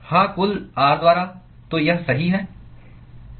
हाँ कुल R द्वारा तो यह सही है